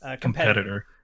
competitor